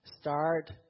start